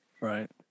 Right